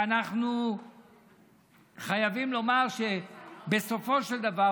אנחנו חייבים לומר שבסופו של דבר,